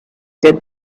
did